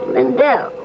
Lindell